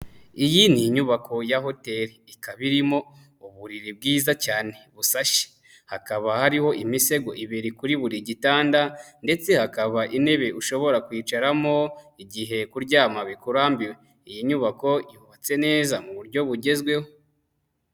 Iyi ni inyubako ya hotel, ikaba irimo uburiri bwiza cyane busashe, hakaba hariho imisego ibiri, kuri buri gitanda ndetse hakaba intebe ushobora kwicaramo, igihe kuryama bikurambiwe, iyi nyubako yubatse neza mu buryo bugezweho.